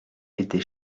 était